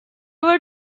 were